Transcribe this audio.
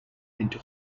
into